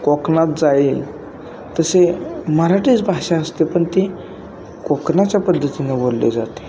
कोकणात जाईल तसे मराठीच भाषा असते पण ती कोकणाच्या पद्धतीने बोलली जाते